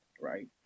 right